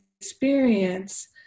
experience